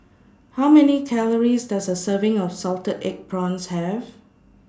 How Many Calories Does A Serving of Salted Egg Prawns Have